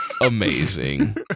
amazing